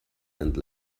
and